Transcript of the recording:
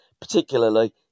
particularly